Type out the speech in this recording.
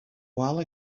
while